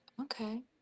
Okay